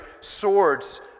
swords